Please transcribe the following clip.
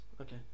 Okay